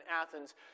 Athens